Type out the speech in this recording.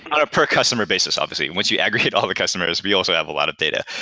on a per customer basis, obviously. once you aggregate all the customers, we also have a lot of data.